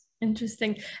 Interesting